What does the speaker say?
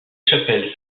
chapelle